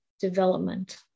development